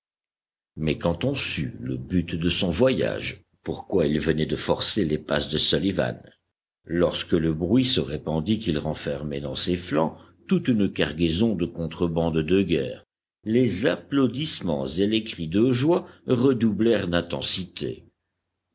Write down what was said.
mais quand on sut le but de son voyage pourquoi il venait de forcer les passes de sullivan lorsque le bruit se répandit qu'il renfermait dans ses flancs toute une cargaison de contrebande de guerre les applaudissements et les cris de joie redoublèrent d'intensité